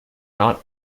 not